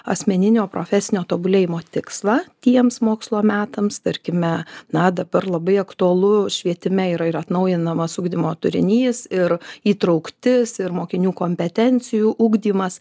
asmeninio profesinio tobulėjimo tikslą tiems mokslo metams tarkime na dabar labai aktualu švietime yra ir atnaujinamas ugdymo turinys ir įtrauktis ir mokinių kompetencijų ugdymas